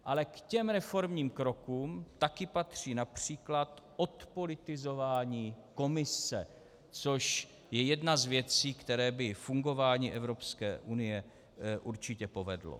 Ale k těm reformním krokům také patří například odpolitizování Komise, což je jedna z věcí, ke které by fungování Evropské unie určitě povedlo.